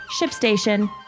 ShipStation